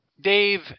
Dave